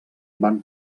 van